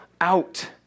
out